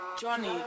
Johnny